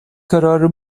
kararı